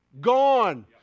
Gone